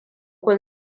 kun